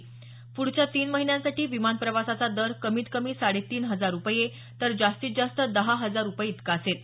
प्ढच्या तीन महिन्यांसाठी विमान प्रवासाचा दर कमीत कमी साडे तीन हजार रुपये तर जास्तीत जास्त दहा हजार रुपये इतका असेल